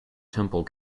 temple